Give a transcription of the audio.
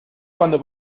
cuando